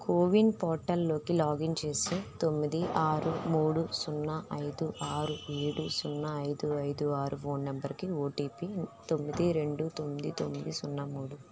CoWIN పోర్టల్లోకి login చేసి తొమ్మిది ఆరు మూడు సున్నా ఐదు ఆరు ఏడు సున్నా ఐదు ఐదు ఆరు ఫోన్ నంబరుకి ఓటిపి తొమ్మిది రెండు తొమ్మిది తొమ్మిది సున్నా మూడు